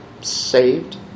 saved